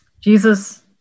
Jesus